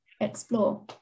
explore